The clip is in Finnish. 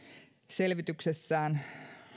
selvityksessään